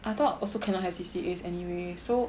I thought also cannot have C_C_As anyway so